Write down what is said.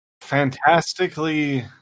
fantastically